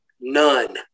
none